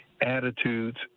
attitudes